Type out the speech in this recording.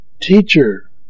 Teacher